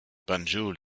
banjul